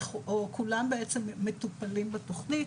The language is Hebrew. או כולם בעצם מטופלים בתוכנית.